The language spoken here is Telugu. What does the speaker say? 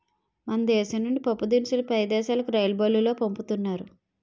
మన దేశం నుండి పప్పుదినుసులు పై దేశాలుకు రైలుబల్లులో పంపుతున్నారు